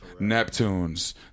Neptunes